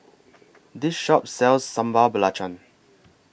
This Shop sells Sambal Belacan